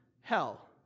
hell